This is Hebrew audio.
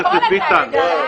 יש פה קצת הטעיה.